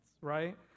right